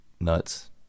Nuts